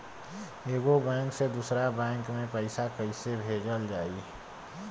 एगो बैक से दूसरा बैक मे पैसा कइसे भेजल जाई?